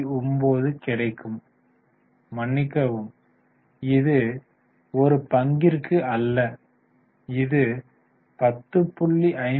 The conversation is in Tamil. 59 ஆகும் மன்னிக்கவும் இது 1 பங்கிற்கு அல்ல இது 10